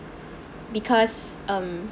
because um